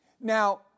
Now